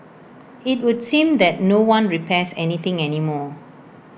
IT would seem that no one repairs any thing any more